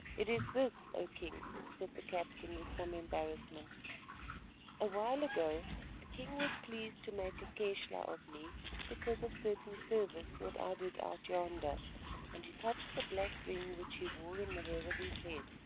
it is this, o king, said the captain with some embarrassment a while ago the king was pleased to make a keshla of me because of certain service that i did out yonder and he touched the black ring which he wore in the hair of his head.